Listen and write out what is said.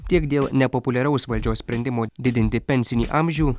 tiek dėl nepopuliaraus valdžios sprendimo didinti pensinį amžių